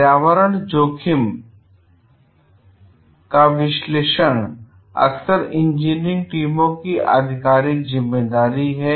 पर्यावरण जोखिम का विश्लेषण अक्सर इंजीनियरिंग टीमों की आधिकारिक जिम्मेदारी है